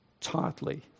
tightly